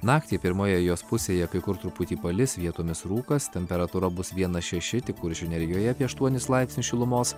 naktį pirmoje jos pusėje kai kur truputį palis vietomis rūkas temperatūra bus vienas šeši tik kuršių nerijoje apie aštuonis laipsnius šilumos